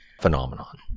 phenomenon